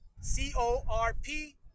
c-o-r-p